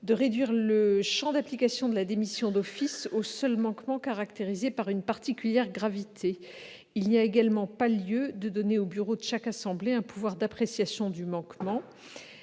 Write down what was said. de réduire le champ d'application de la démission d'office aux seuls manquements caractérisés par une particulière gravité. Il n'y a pas lieu non plus de donner au bureau de chaque assemblée un pouvoir d'appréciation du manquement.